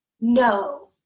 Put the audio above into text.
no